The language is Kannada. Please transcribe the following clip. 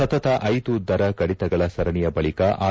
ಸತತ ಐದು ದರ ಕಡಿತಗಳ ಸರಣಿಯ ಬಳಿಕ ಆರ್